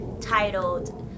titled